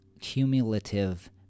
cumulative